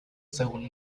según